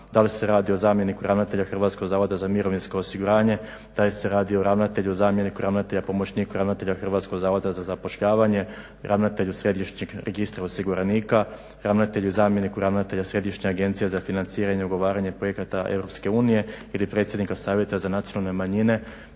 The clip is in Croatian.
da li se radi o zamjeniku ravnatelja Hrvatskog zavoda za mirovinsko osiguranje, da li se radi o ravnatelju, zamjeniku ravnatelja, pomoćnika ravnatelja Hrvatskog zavoda za zapošljavanje, ravnatelja središnjeg registra osiguranika, ravnatelju, zamjeniku ravnatelja Središnje agencije za financiranje i ugovaranje projekata EU ili predsjednika Savjeta za nacionalne manjine.